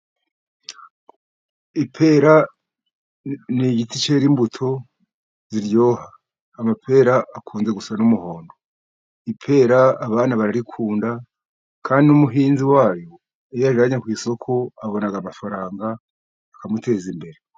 Ipera ni igiti cyera imbuto ziryoha, amapera akunda gusa n'umuhondo. Ipera abana bararikunda kandi n'umuhinzi wayo iyo ayajyanye ku isoko abona amafaranga akamuteza imbere.